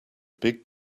big